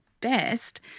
best